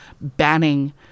banning